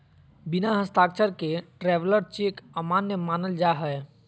बिना हस्ताक्षर के ट्रैवलर चेक अमान्य मानल जा हय